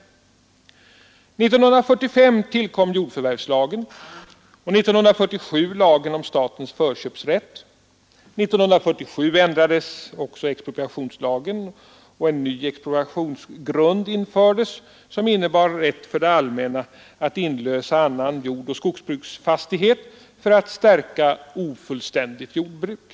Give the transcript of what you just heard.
1945 tillkom jordförvärvslagen och 1947 lagen erhet och inte minst, som jag tidigare om statens förköpsrätt. 1947 ändrades också expropriationslagen, och en ny expropriationsgrund infördes som innebar rätt för det allmänna att inlösa annan jordoch skogsbruksfastighet för att stärka ofullständigt jordbruk.